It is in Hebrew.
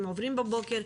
הם עוברים בבוקר.